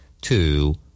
Two